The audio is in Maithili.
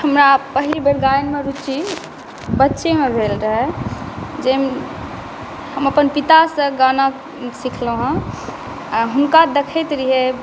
हमरा पहिलबेर गायनमे रुचि बच्चेमे भेल रहय जाहिमे हम अपन पितासॅं गाना सिखलहुॅं हेँ हुनका देखैत रहियै